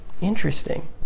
Interesting